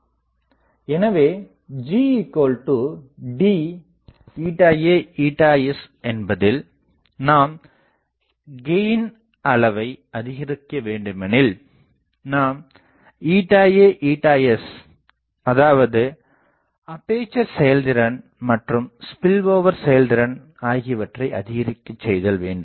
எனவே GD a sஎன்பதில் நாம் கெயின் அளவை அதிகரிக்க வேண்டுமெனில் நாம் a s அதாவது அப்பேசர் செயல்திறன் மற்றும் ஸ்பில்ஓவர் செயல்திறன் ஆகியவற்றை அதிகரிக்கச் செய்தல் mm வேண்டும்